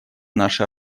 наши